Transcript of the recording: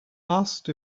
asked